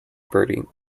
bertie